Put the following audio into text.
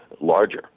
larger